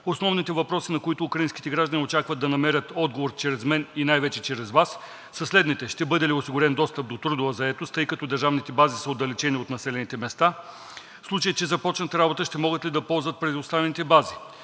Основните въпроси, на които украинските граждани очакват да намерят отговор чрез мен и най-вече чрез Вас, са следните: ще бъде ли осигурен достъп до трудова заетост, тъй като държавните бази са отдалечени от населените места? В случай че започнат работа, ще могат ли да ползват предоставените бази?